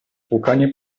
płukanie